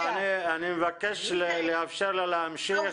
אני מבקש לאפשר להמשיך.